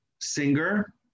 singer